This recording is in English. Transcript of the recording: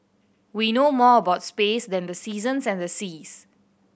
we know more about space than the seasons and the seas